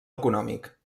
econòmic